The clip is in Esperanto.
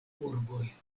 urboj